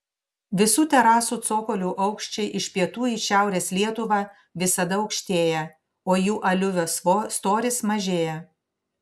visų terasų cokolių aukščiai iš pietų į šiaurės lietuvą visada aukštėja o jų aliuvio storis mažėja